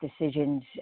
decisions